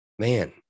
man